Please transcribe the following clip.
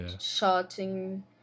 shouting